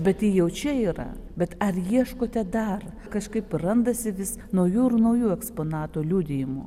bet ji jau čia yra bet ar ieškote dar kažkaip randasi vis naujų ir naujų eksponato liudijimų